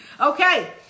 Okay